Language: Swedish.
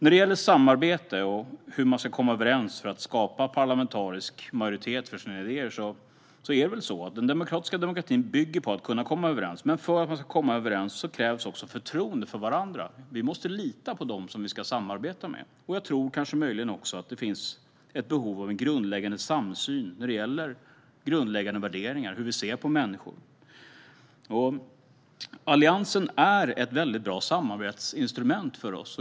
Sedan gäller det samarbete och hur man ska komma överens för att skapa parlamentarisk majoritet för sina idéer. Det väl så att demokratin bygger på att man kan komma överens, men för att man ska komma överens krävs det förtroende för varandra. Vi måste lita på dem som vi ska samarbeta med. Jag tror möjligen också att det finns ett behov av en grundläggande samsyn när det gäller grundläggande värderingar och hur vi ser på människor. Alliansen är ett väldigt bra samarbetsinstrument för oss.